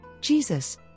Jesus